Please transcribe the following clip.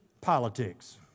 Politics